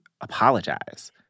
apologize